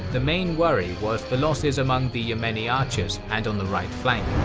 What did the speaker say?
the main worry was the losses among the yemeni archers and on the right flank.